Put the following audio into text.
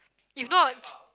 if not